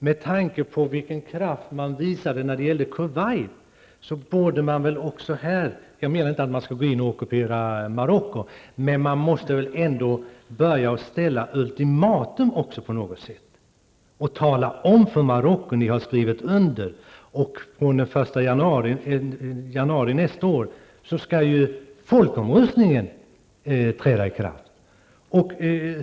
Med tanke på vilken kraft man visade när det gällde Kuwait borde man väl göra det också här -- jag menar inte att man skall ockupera Marocko, men man måste väl ändå börja ställa ultimatum också till Marocko. Marocko har skrivit under, och fr.o.m. den 1 januari nästa år skall folkomröstningen genomföras.